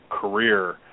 career